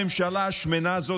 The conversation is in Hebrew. הממשלה השמנה הזאת,